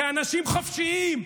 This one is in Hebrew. כאנשים חופשיים,